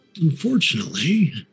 Unfortunately